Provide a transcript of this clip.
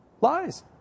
lies